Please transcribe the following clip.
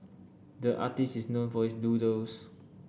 the artist is known for his doodles